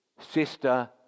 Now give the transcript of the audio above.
sister